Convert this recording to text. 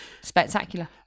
Spectacular